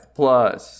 plus